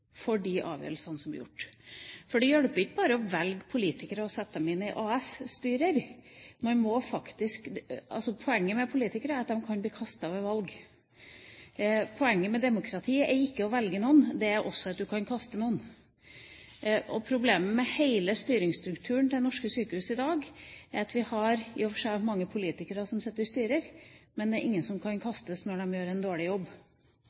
for de avgjørelsene som er gjort. For det hjelper ikke bare å velge politikere og sette dem inn i AS-styrer. Poenget med politikere er at de kan bli kastet ved valg. Poenget med demokrati er ikke bare å velge noen, det er også at du kan kaste noen. Og problemet med hele styringsstrukturen til norske sykehus i dag er at vi har – i og for seg – mange politikere som sitter i styrer, men det er ingen som kan kastes når de gjør en dårlig jobb.